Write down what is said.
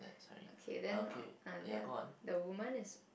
okay then uh that the woman is